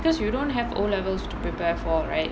because you don't have O levels to prepare for right